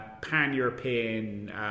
pan-European